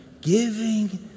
giving